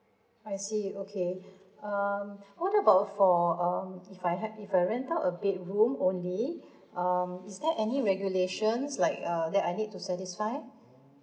I see okay um what about for um if I had if I rent out a bedroom only um is there any regulation like uh that I need to satisfy